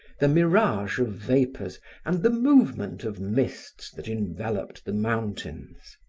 the mirage of vapors and the movement of mists that enveloped the mountains.